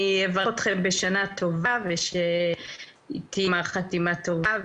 אברך אתכם בשנה טובה ובגמר חתימה טובה.